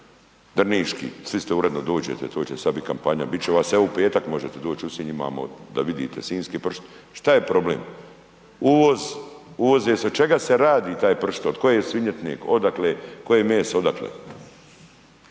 drniški. Svi ste, uredno dođete to će sada biti kampanja. Bit će sada u petak možete doći u Sinj imamo da vidite sinjski pršut. Što je problem? Uvoz, uvoz. Jer od čega se radi taj pršut, od koje svinjetine? Odakle? Koje meso, odakle?